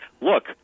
look